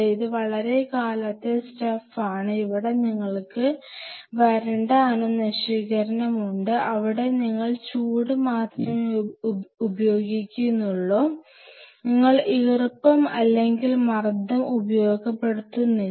ഇത് വളരെക്കാലത്തെ സ്റ്റഫ് ആണ് ഇവിടെ നിങ്ങൾക്ക് വരണ്ട അണുനശീകരണം ഉണ്ട് അവിടെ നിങ്ങൾ ചൂട് മാത്രമേ ഉപയോഗിക്കുന്നുള്ളൂ നിങ്ങൾ ഈർപ്പം അല്ലെങ്കിൽ മർദ്ദം ഉപയോഗപ്പെടുത്തുന്നില്ല